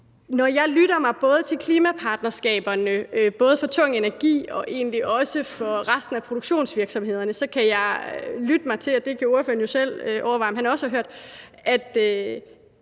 Når jeg lytter til klimapartnerskaberne for både energitunge virksomheder og egentlig også for resten af produktionsvirksomhederne, kan jeg lytte mig til – det kan ordføreren jo overveje om han også har hørt – at